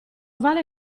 vale